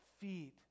feet